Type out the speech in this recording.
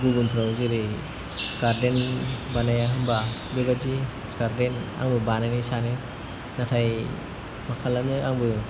गुबुनफ्राव जेरै गार्डेन बानाया होमब्ला बेबादि गार्डेन आंबो बानायनो सानो नाथाय मा खालामनो आंबो